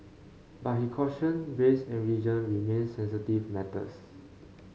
but he cautioned race and religion remained sensitive matters